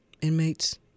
inmates